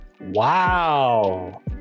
Wow